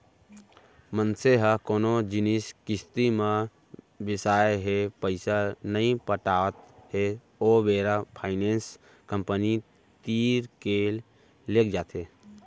मनसे ह कोनो जिनिस किस्ती म बिसाय हे पइसा नइ पटात हे ओ बेरा फायनेंस कंपनी तीर के लेग जाथे